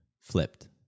flipped